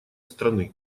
страны